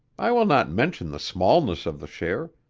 i will not mention the smallness of the share,